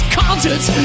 concerts